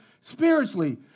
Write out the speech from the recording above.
spiritually